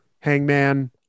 Hangman